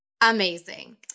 Amazing